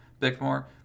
Bickmore